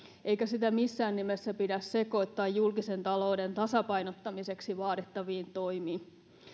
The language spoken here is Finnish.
eikä sitä missään nimessä pidä sekoittaa julkisen talouden tasapainottamiseksi vaadittaviin toimiin